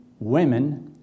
women